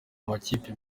amakipe